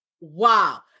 Wow